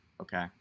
Okay